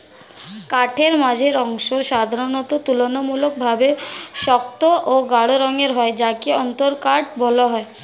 কাঠের মাঝের অংশ সাধারণত তুলনামূলকভাবে শক্ত ও গাঢ় রঙের হয় যাকে অন্তরকাঠ বলা হয়